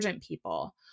people